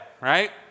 right